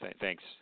thanks